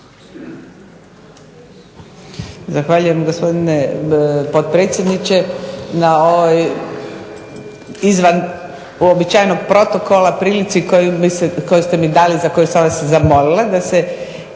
Zahvaljujem gospodine potpredsjedniče na ovoj izvan uobičajenog protokola prilici koju ste mi dali, za koju sam vas zamolila, da se,